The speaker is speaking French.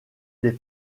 des